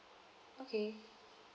okay